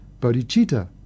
bodhicitta